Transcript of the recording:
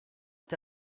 est